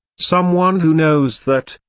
someone who knows that,